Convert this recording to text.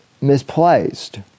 misplaced